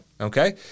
Okay